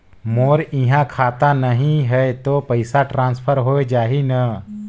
मोर इहां खाता नहीं है तो पइसा ट्रांसफर हो जाही न?